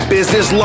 Business